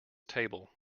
table